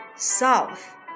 South